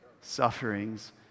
sufferings